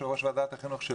יושב ראש ועדת החינוך,